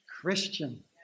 Christian